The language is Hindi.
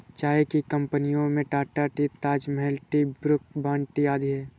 चाय की कंपनियों में Tata tea, Taj Mahal tea, Brooke Bond tea आदि है